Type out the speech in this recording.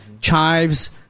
chives